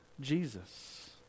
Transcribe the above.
Jesus